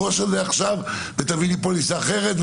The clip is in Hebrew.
רוץ על זה עכשיו ותביא לי פוליסה אחרת,